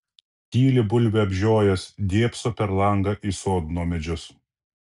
tyli bulvę apžiojęs dėbso per langą į sodno medžius